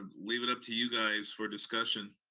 leave it up to you guys for discussion.